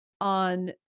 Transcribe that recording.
on